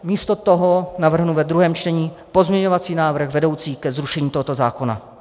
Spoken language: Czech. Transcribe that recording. Místo toho navrhnu ve druhém čtení pozměňovací návrh vedoucí ke zrušení tohoto zákona.